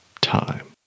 time